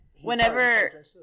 whenever